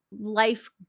life